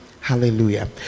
Hallelujah